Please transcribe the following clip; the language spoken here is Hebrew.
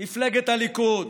מפלגת הליכוד.